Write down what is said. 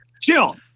Chill